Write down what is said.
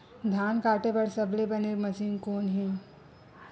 धान काटे बार सबले बने मशीन कोन हे?